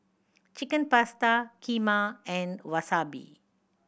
Chicken Pasta Kheema and Wasabi